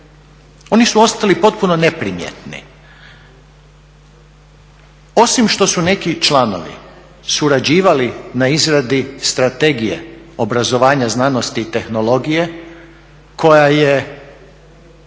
Oni su ostali potpuno neprimjetni. Osim što su neki članovi surađivali na izradi Strategije obrazovanja, znanosti i tehnologije koja je